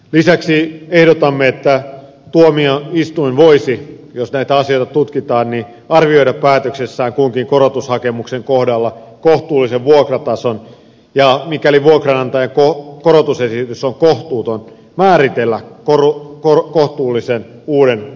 lisäksi ehdotamme että tuomioistuin voisi jos näitä asioita tutkitaan arvioida päätöksessään kunkin korotushakemuksen kohdalla kohtuullisen vuokratason ja mikäli vuokranantajan korotusesitys on kohtuuton määritellä kohtuullisen uuden vuokratason